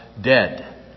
dead